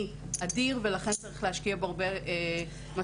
אדיר ולכן צריך להשקיע בו הרבה משאבים.